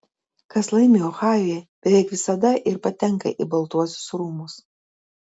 kas laimi ohajuje beveik visada ir patenka į baltuosius rūmus